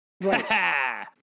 Right